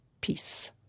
peace